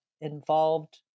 involved